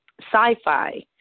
sci-fi